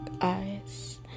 eyes